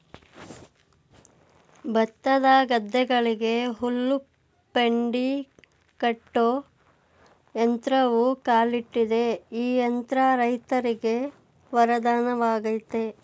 ಭತ್ತದ ಗದ್ದೆಗಳಿಗೆ ಹುಲ್ಲು ಪೆಂಡಿ ಕಟ್ಟೋ ಯಂತ್ರವೂ ಕಾಲಿಟ್ಟಿದೆ ಈ ಯಂತ್ರ ರೈತರಿಗೆ ವರದಾನವಾಗಯ್ತೆ